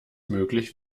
möglich